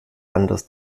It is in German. anders